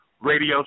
radio